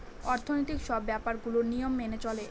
অর্থনৈতিক সব ব্যাপার গুলোর নিয়ম মেনে চলে